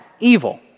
evil